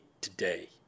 today